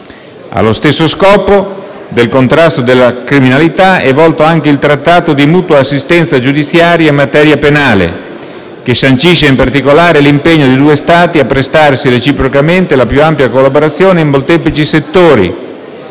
Allo stesso scopo del contrasto della criminalità è volto anche il Trattato di mutua assistenza giudiziaria in materia penale, che sancisce, in particolare, l'impegno dei due Stati a prestarsi reciprocamente la più ampia collaborazione in molteplici settori,